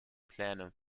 pläne